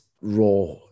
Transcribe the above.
raw